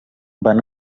van